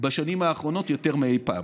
בשנים האחרונות יותר מאי פעם.